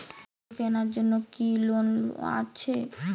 গরু কেনার জন্য কি কোন লোন আছে?